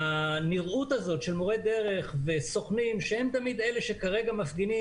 הנראות הזו של מורי דרך וסוכנים שהם תמיד אלה שכרגע מפגינים